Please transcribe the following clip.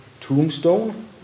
tombstone